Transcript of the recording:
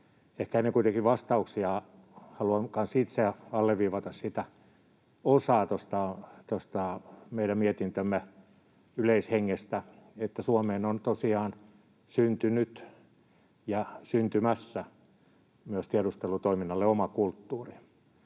Ehkä kuitenkin ennen vastauksia haluan kanssa itse alleviivata sitä osaa tuosta meidän mietintömme yleishengestä, että Suomeen on tosiaan syntynyt ja syntymässä myös tiedustelutoiminnalle oma kulttuuri.